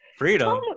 freedom